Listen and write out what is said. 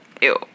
ew